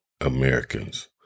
Americans